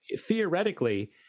theoretically